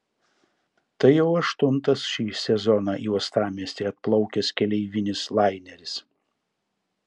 tai jau aštuntas šį sezoną į uostamiestį atplaukęs keleivinis laineris